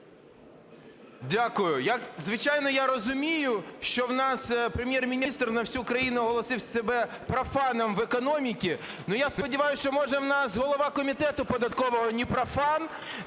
Дякую. Звичайно, я розумію, що у нас Прем'єр-міністр на всю Україну оголосив себе профаном в економіці, я сподіваюся, що, може, у нас голова Комітету податкового не профан.